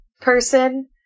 person